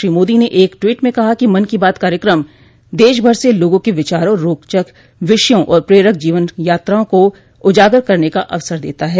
श्री मोदी ने एक टवीट में कहा कि मन की बात कार्यक्रम देशभर से लोगों के विचारों रोचक विषयों और प्रेरक जीवन यात्राओं को उजागर करने का अवसर देता है